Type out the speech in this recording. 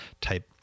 type